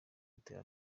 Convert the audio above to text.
gutera